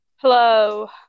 Hello